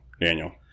Daniel